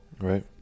right